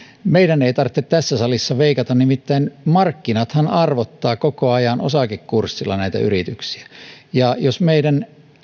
meidän ei tarvitse tässä salissa veikata nimittäin markkinathan arvottavat koko ajan osakekurssilla näitä yrityksiä meidän